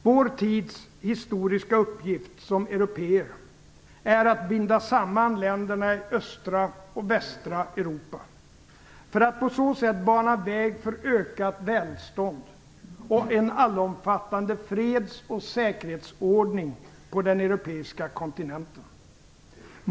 Vår tids historiska uppgift som européer är att binda samman länderna i östra och västra Europa för att på så sätt bana väg för ökat välstånd och en allomfattande freds och säkerhetsordning på den europeiska kontinenten.